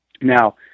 Now